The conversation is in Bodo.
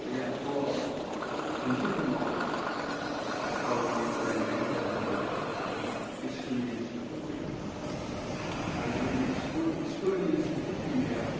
बे आखुवाव मोनसे समाव गावनि फरायनाय फरायसालियाव इस्कुलनि इन्सपेक्टर फैदोंमोन आरो बे स्कुल स्कुलनि इन्सपेक्टर फैनायाव